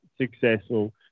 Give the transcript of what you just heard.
successful